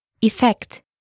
effect